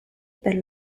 per